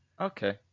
Okay